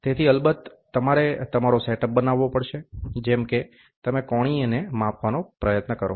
તેથી અલબત્ત તમારે તમારો સેટઅપ બનાવવો પડશે જેમ કે તમે કોણીયને માપવાનો પ્રયત્ન કરો